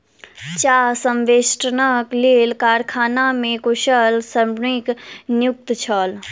चाह संवेष्टनक लेल कारखाना मे कुशल श्रमिक नियुक्त छल